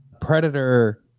Predator